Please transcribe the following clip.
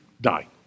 Die